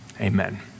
Amen